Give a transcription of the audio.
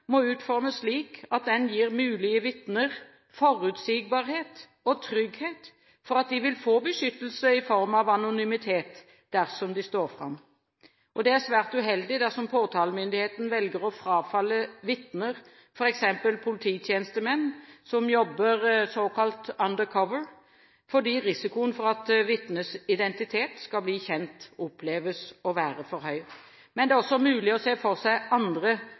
må utformes slik at den gir mulige vitner forutsigbarhet og trygghet for at de vil få beskyttelse i form av anonymitet dersom de står fram. Det er svært uheldig dersom påtalemyndigheten velger å frafalle vitner, f.eks. polititjenestemenn som jobber «undercover», fordi risikoen for at vitnets identitet skal bli kjent, oppleves å være for høy. Men det er også mulig å se for seg andre